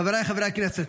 חבריי חברי הכנסת,